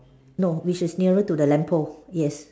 no which is nearer to the lamppost yes